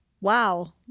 Wow